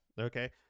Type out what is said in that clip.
okay